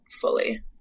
fully